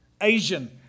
Asian